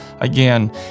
again